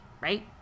Right